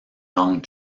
langue